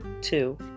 two